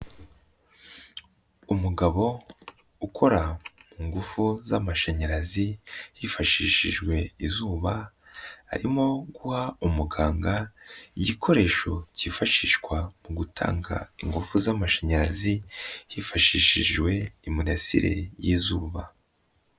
Umugabo ukora ingufu z'amashanyarazi hifashishijwe izuba harimo guha umuganga igikoresho cyifashishwa mu gutanga ingufu z'amashanyarazi hifashishijwe imirasire y'izuba.